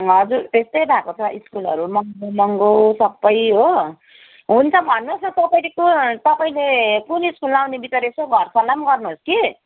हजुर त्यस्तै भएको छ स्कुलहरू महँगो महँगो सबै हो हुन्छ भन्नुहोस् न तपाईँले कुन तपाईँले कुन स्कुल लगाउने विचार यसो घर सल्लाह पनि गर्नुहोस् कि